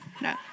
No